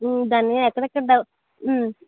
దాని ఎక్కడెక్కడ డెవ